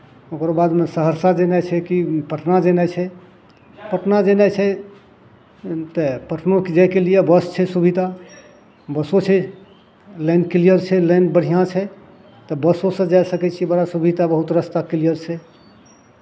ओकर बादमे सहरसा जेनाइ छै कि पटना जेनाइ छै पटना जेनाइ छै तऽ पटनोके जायके लिए बस छै सुविधा बसो छै लाइन किलयर छै लाइन बढ़िआँ छै तऽ बसोसँ जाय सकै छियै बड़ा सुविधा बड़ा किलयर छै